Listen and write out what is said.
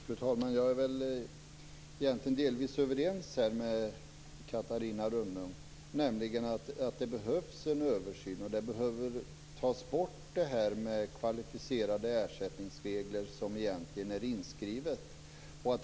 Fru talman! Jag är egentligen delvis överens med Catarina Rönnung när det gäller att det behövs en översyn. Det här med kvalificerade ersättningsregler, som egentligen är inskrivet, behöver tas bort.